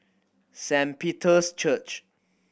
Saint Peter's Church